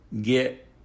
get